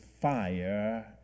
fire